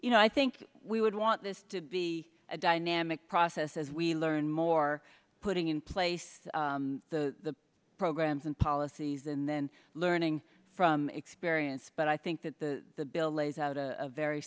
you know i think we would want this to be a dynamic process as we learn more putting in place the programs and policies and then learning from experience but i think that the bill lays out a very